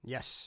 Yes